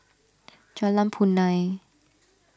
Jalan Punai